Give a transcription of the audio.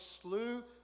slew